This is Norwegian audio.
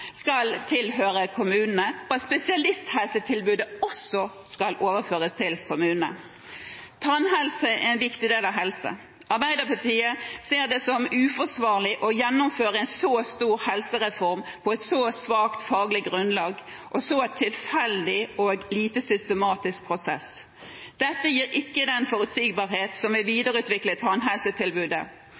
skal tilhøre kommunene, og at spesialisttannhelsetilbudet også skal overføres til kommunene. Tannhelse er en viktig del av helse. Arbeiderpartiet ser det som uforsvarlig å gjennomføre en så stor helsereform på et så svakt faglig grunnlag og en så tilfeldig og lite systematisk prosess. Dette gir ikke den forutsigbarheten som vil videreutvikle tannhelsetilbudet.